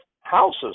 houses